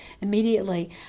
immediately